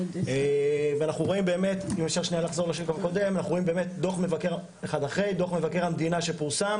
ואנחנו רואים באמת דו"ח מבקר המדינה שפורסם